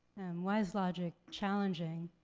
why is logic challenging?